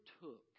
took